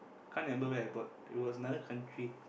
can't remember where I bought it was another country